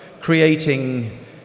creating